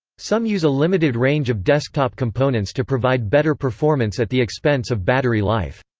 some use a limited range of desktop components to provide better performance at the expense of battery life.